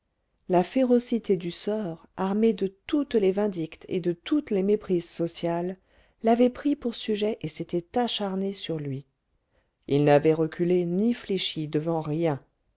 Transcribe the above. la férocité du sort armée de toutes les vindictes et de toutes les méprises sociales l'avait pris pour sujet et s'était acharnée sur lui il n'avait reculé ni fléchi devant rien